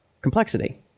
complexity